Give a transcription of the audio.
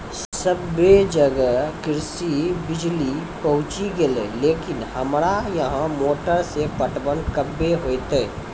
सबे जगह कृषि बिज़ली पहुंची गेलै लेकिन हमरा यहाँ मोटर से पटवन कबे होतय?